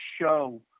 show